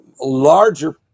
larger